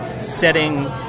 setting